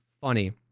funny